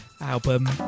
album